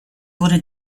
wurde